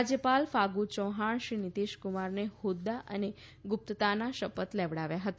રાજ્યપાલ ફાગુ ચૌહાણ શ્રી નીતિશકુમારને હોદ્દા અને ગુપ્તતાના શપથ લેવડાવ્યા હતા